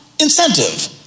incentive